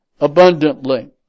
abundantly